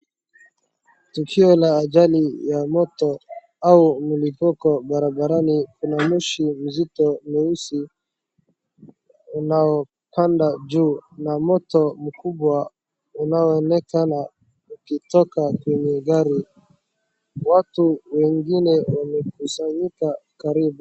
Tukio la ajali ya moto au mlipuko barabarani kuna moshi mzito mweusi unaopanda juu na moto mkubwa unaoonekana ukitoka kwenye gari. Watu wengine wamekusanyika karibu.